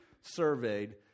surveyed